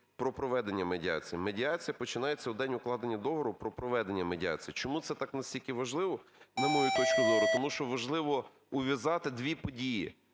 про проведення медіації. Медіація починається у день укладення договору про проведення медіації". Чому це так, настільки важливо, на мою точку зору? Тому що важливо ув'язати дві події: